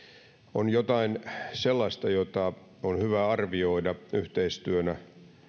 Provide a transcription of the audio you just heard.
on jotain sellaista jota on hyvä arvioida yhteistyönä